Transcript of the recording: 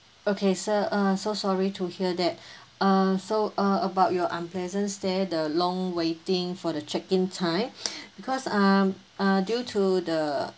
okay sir uh so sorry to hear that err so uh about your unpleasant stay the long waiting for the check in time because um uh due to the